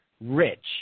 rich